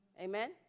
amen